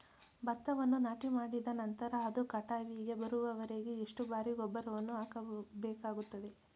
ಭತ್ತವನ್ನು ನಾಟಿಮಾಡಿದ ನಂತರ ಅದು ಕಟಾವಿಗೆ ಬರುವವರೆಗೆ ಎಷ್ಟು ಬಾರಿ ಗೊಬ್ಬರವನ್ನು ಹಾಕಬೇಕಾಗುತ್ತದೆ?